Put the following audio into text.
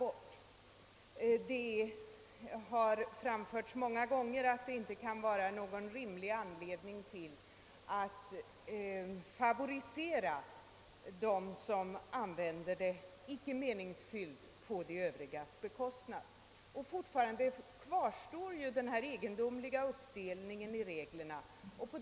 Man har framhållit att det ju inte finns någon rimlig anledning att på övrigas bekostnad favorisera dem som använder pengarna på ett icke meningsfyllt sätt. Denna egendomliga uppdelning kvarstår.